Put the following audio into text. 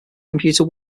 computer